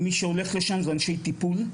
מי שהולך לשם הם אנשי טיפול,